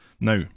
Now